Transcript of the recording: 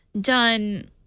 done